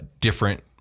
different